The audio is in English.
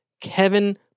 Kevin